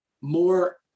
More